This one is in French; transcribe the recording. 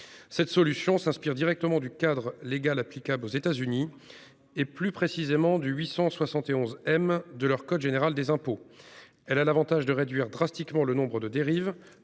Cette solution s'inspire directement du cadre légal applicable aux États-Unis, et plus précisément de la section 871(m) de leur code général des impôts. Elle a l'avantage de réduire drastiquement les dérives,